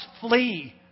flee